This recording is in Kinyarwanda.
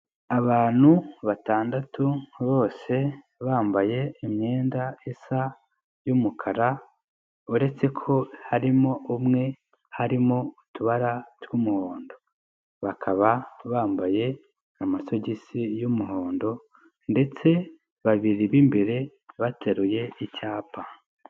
Abantu batandatu bose bambaye imyenda isa y'umukara uretse ko harimo umwe harimo utubara tw'umuhondo bakaba bambaye amasogisi y'umuhondo ndetse babiri b'imbere bateruye icyapa.